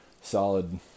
solid